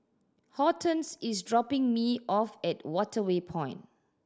Hortense is dropping me off at Waterway Point